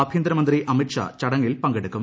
ആഭ്യന്തരമന്ത്രി അമിത്ഷാ ചടങ്ങിൽ പങ്കെടുക്കും